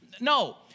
No